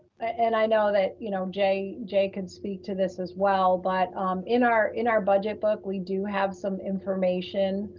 and i know that, you know, jay jay can speak to this as well, but in our in our budget book, we do have some information